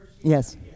Yes